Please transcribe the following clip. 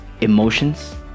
emotions